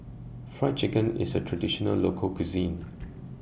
Fried Chicken IS A Traditional Local Cuisine